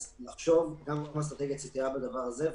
אז צריך לחשוב גם על אסטרטגיית יציאה מהדבר הזה,